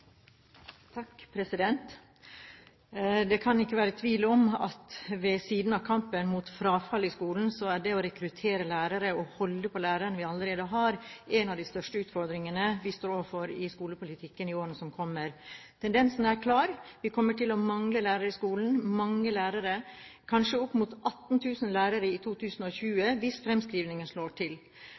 til Stortinget. Det kan ikke være tvil om at ved siden av kampen mot frafall i skolen er det å rekruttere lærere og holde på de lærerne vi allerede har, blant de største utfordringene vi står overfor i skolepolitikken i årene som kommer. Tendensen er klar: Vi kommer til å mangle lærere i skolen – mange lærere – kanskje opp mot 18 000 lærere i 2020, hvis fremskrivningene slår til.